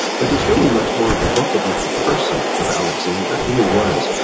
but it's really much more of a book about the person of alexander, who he was,